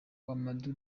mamadou